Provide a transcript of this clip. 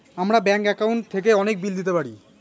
আমরা bank account থেকে অনেক বিল দিতে পারি